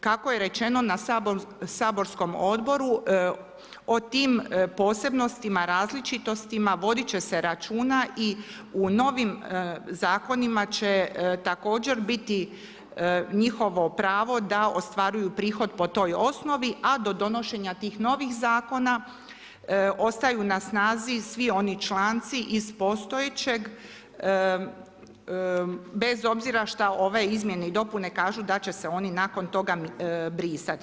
Kako je rečeno na saborskom odboru o tim posebnostima, različitostima voditi će se računa i u novim zakonima će također biti njihovo pravo da ostvaruju prihod po toj osnovi a do donošenja tih novih zakona ostaju na snazi svi oni članci iz postojećeg bez obzira što ove izmjene i dopune kažu da će se oni nakon toga brisati.